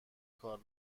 کار